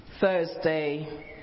Thursday